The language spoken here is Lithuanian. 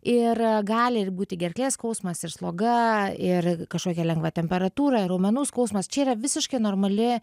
ir gali būti gerklės skausmas ir sloga ir kažkokia lengva temperatūra raumenų skausmas čia yra visiškai normali